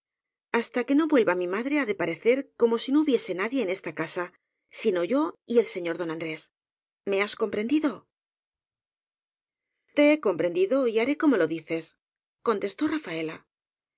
hasta que no vuelva mi madie ha de parecer como si no hubiese nadie en esta casa sino yo y el señor don andrés me has compren dido t e he comprendido y haré como lo dicescontestó rafaela